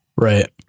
Right